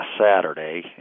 Saturday